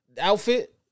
outfit